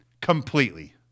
completely